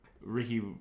Ricky